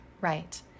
Right